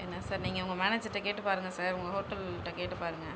என்ன சார் நீங்கள் உங்கள் மேனேஜர்கிட்ட கேட்டு பாருங்க சார் உங்கள் ஹோட்டல்ட கேட்டு பாருங்க